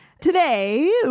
Today